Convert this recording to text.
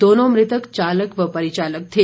दोनों मृतक चालक व परिचालक थे